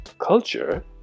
culture